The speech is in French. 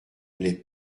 les